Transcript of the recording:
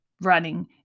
running